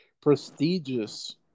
prestigious